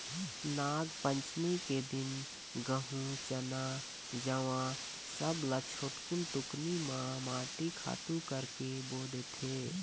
नागपंचमी के दिन गहूँ, चना, जवां सब ल छोटकुन टुकनी म माटी खातू करके बो देथे